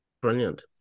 Brilliant